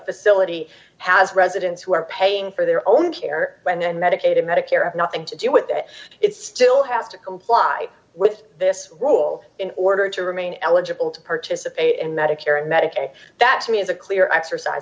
facility has residents who are paying for their own care when in medicaid or medicare nothing to do with it it still has to comply with this rule in order to remain eligible to participate in medicare and medicaid that means a clear exercise